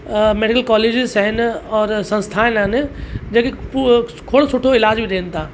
medical colleges आहिनि और संस्थान आहिनि जेकी पू खोड़ सुठो इलाज बि ॾियनि था